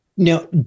Now